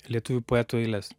lietuvių poetų eiles